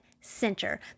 center